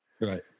Right